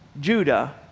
judah